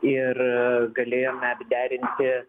ir galėjom net derinti